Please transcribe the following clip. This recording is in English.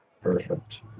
Perfect